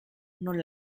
non